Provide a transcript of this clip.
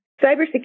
Cybersecurity